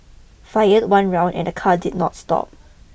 fired it one round and the car did not stop